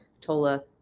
Tola